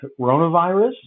coronavirus